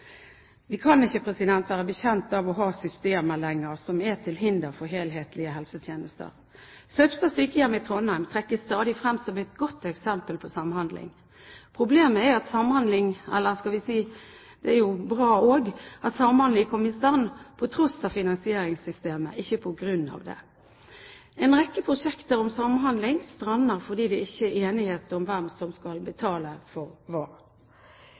Vi kan ikke lenger være bekjent av å ha systemer som er til hinder for helhetlige helsetjenester. Søbstad sykehjem i Trondheim trekkes stadig frem som et godt eksempel på samhandling. Problemet er at samhandlingen – eller, det er jo bra også – kom i stand til tross for finansieringssystemet, ikke på grunn av det. En rekke prosjekter om samhandling strander fordi det ikke er enighet om hvem som skal betale for